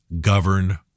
govern